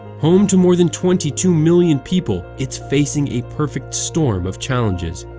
home to more than twenty two million people, it's facing a perfect storm of challenges.